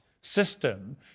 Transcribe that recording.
system